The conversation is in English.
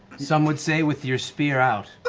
some would say, with your spear out. but